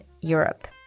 Europe